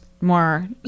more